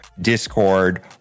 Discord